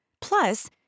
Plus